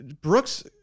Brooks